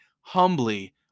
humbly